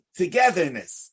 togetherness